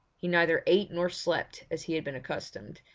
he neither ate nor slept as he had been accustomed,